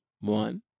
One